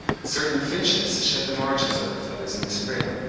certain finches shed the margins of their feathers in the spring,